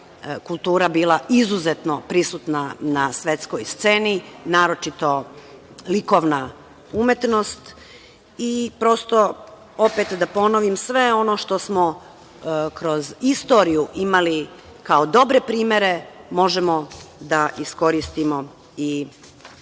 kultura bila izuzetno prisutna na svetskoj sceni, naročito likovna umetnost. Prosto, opet da ponovim, sve ono što smo kroz istoriju imali kao dobre primere, možemo da iskoristimo i u